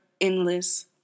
endless